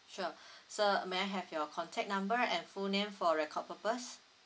sure sir may I have your contact number and full name for record purpose